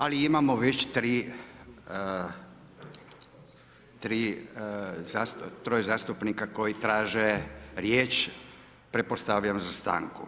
ali imamo već troje zastupnika koji traže riječ, pretpostavljam za stanku.